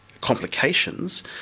complications